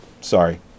sorry